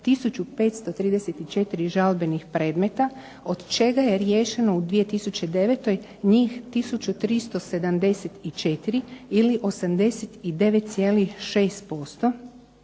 1534 žalbenih predmeta od čega je riješeno u 2009. njih 1374 ili 89,6%